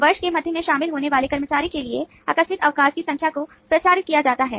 वर्ष के मध्य में शामिल होने वाले कर्मचारी के लिए आकस्मिक अवकाश की संख्या को प्रचारित किया जाता है